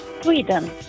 Sweden